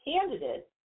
candidate